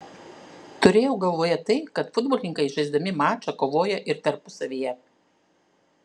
turėjau galvoje tai kad futbolininkai žaisdami mačą kovoja ir tarpusavyje